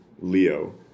Leo